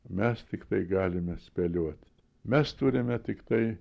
mes tiktai galime spėliot mes turime tiktai